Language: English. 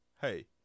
hey